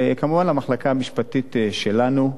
וכמובן, למחלקה המשפטית שלנו,